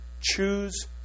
Choose